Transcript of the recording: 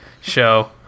show